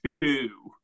two